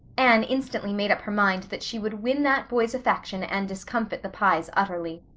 anne instantly made up her mind that she would win that boy's affection and discomfit the pyes utterly.